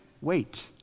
wait